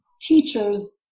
teachers